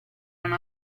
non